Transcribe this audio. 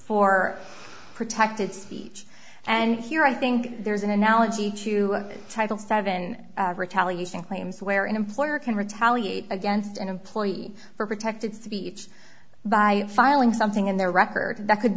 for protected speech and here i think there's an analogy to title seven retaliation claims where an employer can retaliate against an employee for protected speech by filing something in their record that could